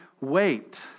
wait